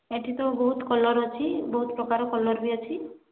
ଏଠି ତ ବହୁତ କଲର ଅଛି ବହୁତ ପ୍ରକାର କଲର ବି ଅଛି